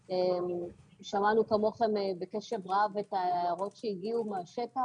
שמענו כמוכם בקשב רב את ההערות שהגיעו מהשטח.